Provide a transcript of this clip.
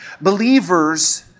Believers